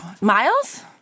Miles